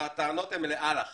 הטענות הן לאל"ח